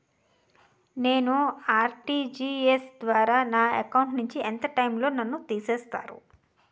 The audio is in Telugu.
నేను ఆ.ర్టి.జి.ఎస్ ద్వారా నా అకౌంట్ నుంచి ఎంత టైం లో నన్ను తిసేస్తారు?